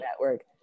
network